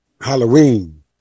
Halloween